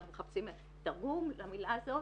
אנחנו מחפשים תרגום למילה הזאת.